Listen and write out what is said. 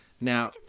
Now